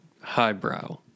highbrow